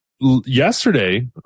yesterday